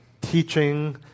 teaching